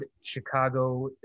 Chicago